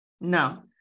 No